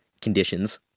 conditions